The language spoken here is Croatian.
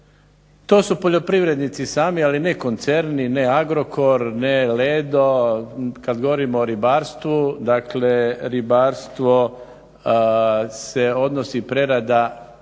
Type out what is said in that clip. to su poljoprivrednici sami, ali ne koncerni, ne AGROKOR, ne LEDO, kad govorimo o ribarstvu, dakle ribarstvo se odnosi prerada